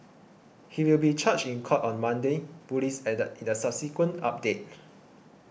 he will be charged in court on Monday police added in a subsequent update